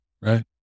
right